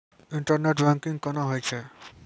Internet banking कोना होय छै?